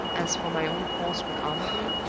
as for my own course with armadale,